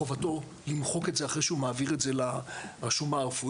וחובתו למחוק את זה אחרי זה אחרי שהוא מעביר את זה לרשומה הרפואית.